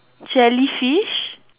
jellyfish